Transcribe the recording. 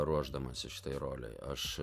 ruošdamasi štai rolei aš